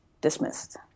dismissed